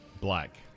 Black